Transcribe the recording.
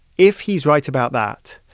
if he's right about that,